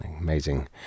amazing